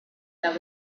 that